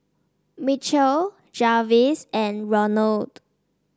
Michell Jarvis and Ronald